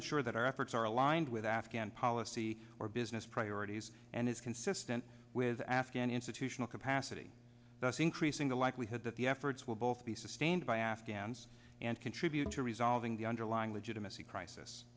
ensure that our efforts are aligned with afghan policy or business priorities and is consistent with afghan institutional capacity thus increasing the likelihood that the efforts will both be sustained by afghans and contribute to resolving the underlying legitimacy crisis